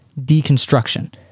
deconstruction